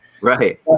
Right